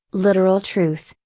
literal truth,